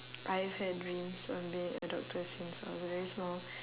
I've had dreams of being a doctor since I was very small